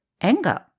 anger